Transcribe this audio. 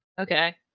Okay